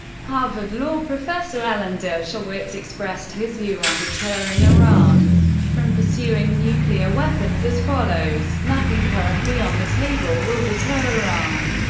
harvard law professor alan dershowitz expressed his view on deterring iran from pursuing nuclear weapons as follows nothing currently on the table will deter iran.